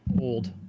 old